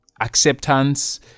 acceptance